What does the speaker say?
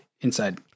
inside